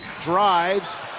drives